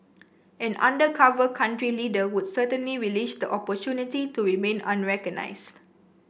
an undercover country leader would certainly relish the opportunity to remain unrecognised